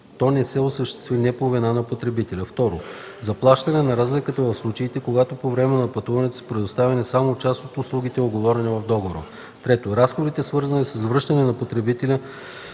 Това е много